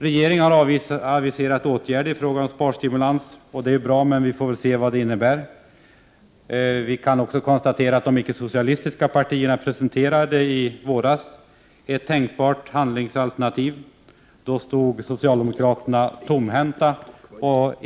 Regeringen har aviserat åtgärder i fråga om sparstimulanser. Det är bra, men vi får väl se vad det innebär. De icke-socialistiska partierna presenterade i våras ett tänkbart handlingsalternativ. Då stod socialdemokraterna tomhänta.